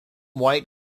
white